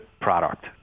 product